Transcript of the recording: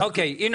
האם